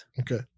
Okay